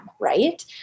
right